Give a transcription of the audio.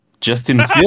Justin